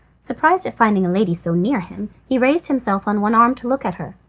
surprised at finding a lady so near him, he raised himself on one arm to look at her.